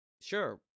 sure